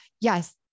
yes